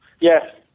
Yes